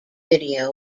video